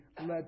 led